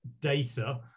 data